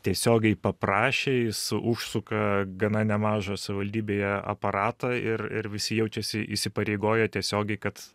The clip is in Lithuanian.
tiesiogiai paprašė jis užsuka gana nemažą savivaldybėje aparatą ir ir visi jaučiasi įsipareigoję tiesiogiai kad